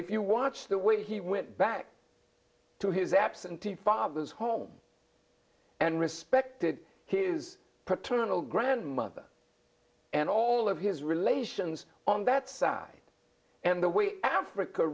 if you watch the way he went back to his absentee fathers home and respected his paternal grandmother and all of his relations on that side and the way africa